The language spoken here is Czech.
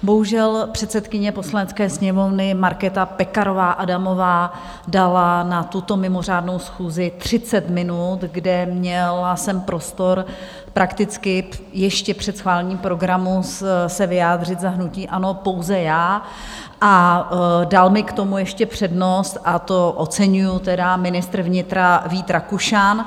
Bohužel, předsedkyně Poslanecké sněmovny Markéta Pekarová Adamová dala na tuto mimořádnou schůzi 30 minut, kde jsem měla prostor prakticky ještě před schválením programu se vyjádřit za hnutí ANO pouze já, a dal mi k tomu ještě přednost, a to oceňuji tedy, ministr vnitra Vít Rakušan.